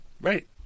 Right